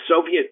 Soviet